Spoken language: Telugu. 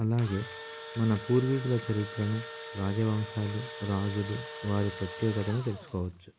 అలాగే మన పూర్వీకుల చరిత్రను రాజవంశాలు రాజులు వారి ప్రత్యేకతను తెలుసుకోవచ్చు